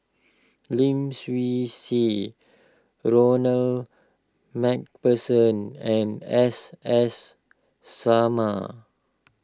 Lim Swee Say Ronald MacPherson and S S Sarma